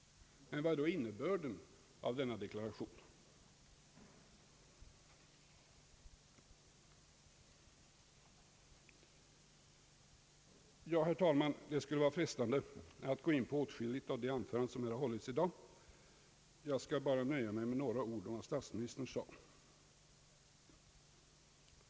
Vad är då innebörden av denna deklaration? Herr talman! Det skulle vara frestande att gå in på åtskilligt i de anföranden som hållits här i dag. Jag skall dock nöja sig med några ord om vad statsministern sade.